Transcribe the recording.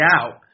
out